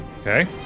Okay